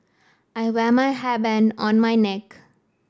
I wear my hairband on my neck